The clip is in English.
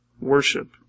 worship